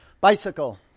Bicycle